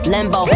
Lambo